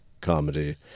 comedy